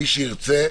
מי שירצה,